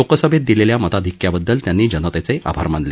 लोकसभेत दिलेल्या मताधिक्याबददल त्यांनी जनतेचे आभार मानले